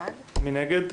מי נגד?